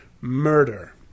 murder